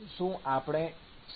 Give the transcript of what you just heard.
શું આપણે સંપૂર્ણ વર્ણન કર્યું છે